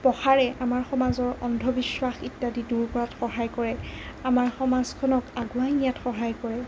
প্ৰসাৰে আমাৰ সমাজৰ অন্ধবিশ্বাস ইত্যাদি দূৰ কৰাত সহায় কৰে আমাৰ সমাজখনক আগুৱাই নিয়াত সহায় কৰে